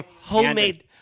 Homemade